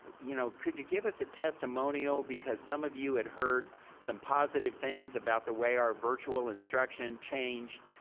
you know, could you give us a testimonial because some of you had heard some positive things about the way our virtual instruction changed,